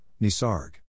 Nisarg